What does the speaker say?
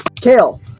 Kale